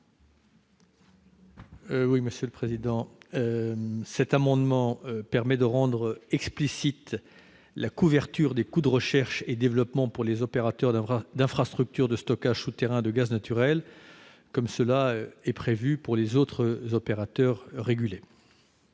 le ministre d'État. Cet amendement vise à rendre explicite la couverture des coûts de recherche et développement pour les opérateurs d'infrastructures de stockage souterrain de gaz naturel, comme cela est prévu pour les autres opérateurs régulés.